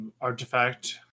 ...artifact